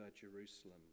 Jerusalem